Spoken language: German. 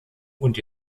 und